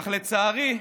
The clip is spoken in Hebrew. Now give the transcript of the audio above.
אך לצערי,